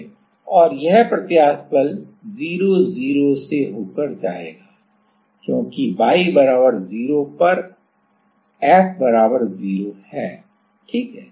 और यह प्रत्यास्थ बल 0 0 से होकर जाएगा क्योंकि y बराबर 0 पर F बराबर 0 है ठीक है